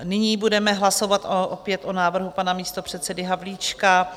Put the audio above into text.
Nyní budeme hlasovat opět o návrhu pana místopředsedy Havlíčka.